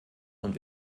und